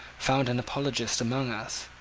found an apologist among us,